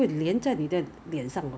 then 你可以去 ask for refund 的